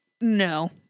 no